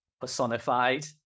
personified